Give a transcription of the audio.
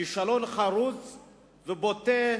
כישלון חרוץ ובוטה,